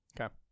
Okay